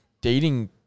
dating